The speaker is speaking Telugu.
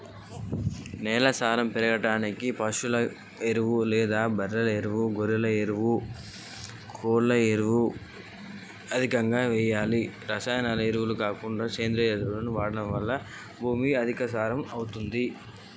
నేల సారం పెరగడానికి ఏం చేయాలి?